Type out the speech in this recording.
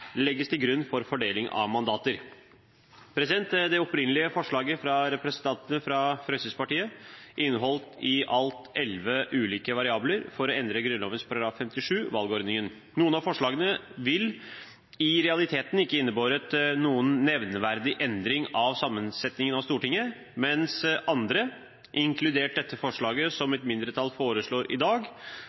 legges til grunn for fordeling av mandater. Det opprinnelige forslaget fra representantene fra Fremskrittspartiet inneholdt i alt elleve ulike variabler for å endre Grunnloven § 57 . Noen av forslagene ville i realiteten ikke ha innebåret noen nevneverdig endring av sammensetningen av Stortinget, mens andre, inkludert dette forslaget som et mindretall foreslår i dag,